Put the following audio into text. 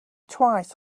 twice